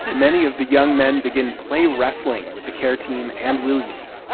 many of the young men begin play wrestling with the care team and williams